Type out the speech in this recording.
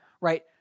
right